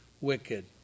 wicked